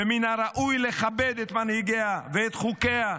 ומן הראוי לכבד את מנהיגיה ואת חוקיה.